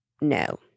No